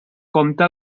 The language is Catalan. compte